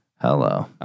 Hello